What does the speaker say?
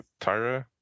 Tyra